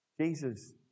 Jesus